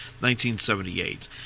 1978